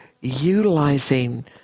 utilizing